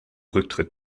rücktritt